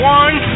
one